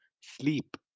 sleep